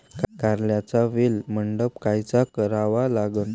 कारल्याचा वेल मंडप कायचा करावा लागन?